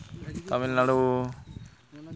Tamil Nadu